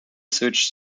such